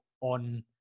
on